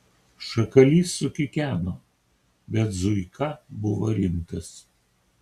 šakalys sukikeno bet zuika buvo rimtas